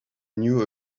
knew